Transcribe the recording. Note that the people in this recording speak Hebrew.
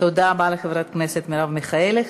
תודה רבה לחברת הכנסת מרב מיכאלי.